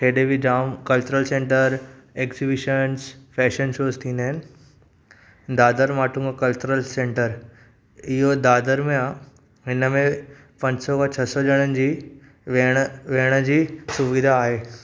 हेॾे बि जाम कल्चर सेंटर एग्ज़ीबिशिनसि फ़ैशन शोज़ थींदा आहिनि दादर माटुंगा कल्चर सेंटर इहो दादर में आहे हिन में पंज सौ खां छह सौ ॼणनि जी वेहण वेहण जी सुविधा आहे